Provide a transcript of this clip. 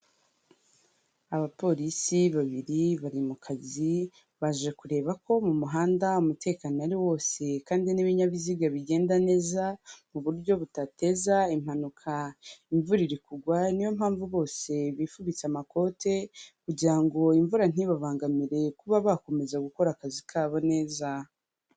Abapolisi babiri bari mu kazi, baje kureba ko mu muhanda umutekano ari wose kandi n'ibinyabiziga bigenda neza mu buryo budateza impanuka. Imvura iri kugwa niyo mpamvu bose bifubitse amakote kugirango imvura ntibabangamire kuba bakomeza gukora akazi kabo neza.